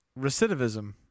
Recidivism